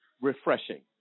refreshing